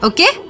Okay